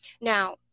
Now